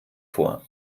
vor